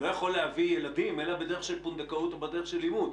לא יכול להביא ילדים אלא בדרך של פונדקאות או בדרך של אימוץ,